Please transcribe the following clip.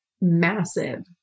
massive